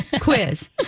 Quiz